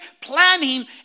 planning